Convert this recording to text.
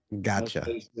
Gotcha